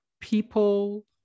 people